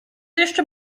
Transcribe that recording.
jeszcze